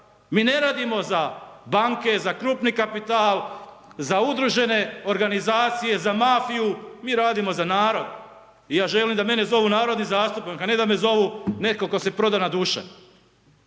Mi ne radimo za banke za krupni kapital, za udružene organizacije, za mafiju, mi radimo za narod. I ja želim da mene zovu narodni zastupnik, a ne da me zovu neko ko se prodana duša.